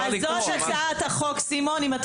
לימור סון הר מלך (עוצמה יהודית): אז זאת הצעת החוק,